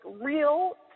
real